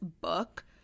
book